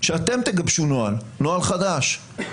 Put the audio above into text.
שאתם תגבשו נוהל, נוהל חדש.